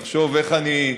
לחשוב איך אני,